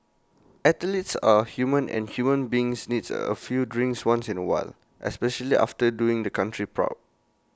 athletes are human and human beings needs A few drinks once in A while especially after doing the country proud